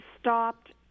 stopped